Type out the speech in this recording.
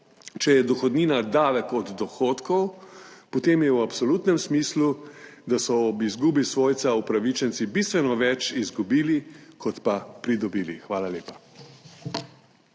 če je dohodnina davek od dohodkov, potem je v absolutnem smislu, da so ob izgubi svojca upravičenci bistveno več izgubili kot pa pridobili. Hvala lepa.